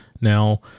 Now